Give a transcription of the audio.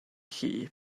chi